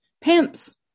pimps